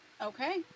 Okay